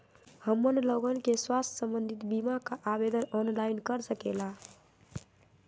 हमन लोगन के स्वास्थ्य संबंधित बिमा का आवेदन ऑनलाइन कर सकेला?